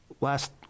last